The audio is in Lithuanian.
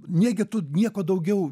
negi tu nieko daugiau